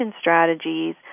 strategies